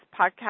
podcast